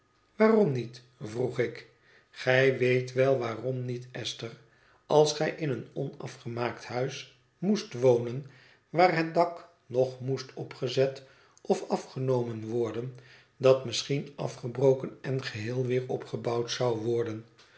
waarom niet vroeg ik gij weet wel waarom niet esthér als gij in een onafgemaakt huis moest wonen waar het dak nog moest opgezet of afgenomen worden dat misschien afgebroken en geheel weer opgebouwd zou worden